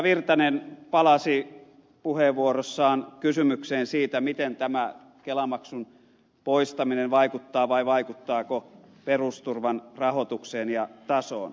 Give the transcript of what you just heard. virtanen palasi puheenvuorossaan kysymykseen siitä miten tämä kelamaksun poistaminen vaikuttaa vai vaikuttaako perusturvan rahoitukseen ja tasoon